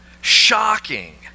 Shocking